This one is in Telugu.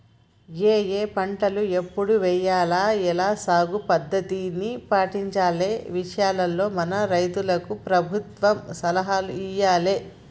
ఏఏ పంటలు ఎప్పుడు ఎయ్యాల, ఎలా సాగు పద్ధతుల్ని పాటించాలనే విషయాల్లో మన రైతులకు ప్రభుత్వం సలహాలు ఇయ్యాలే